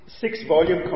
six-volume